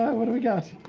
what do we got?